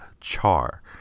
char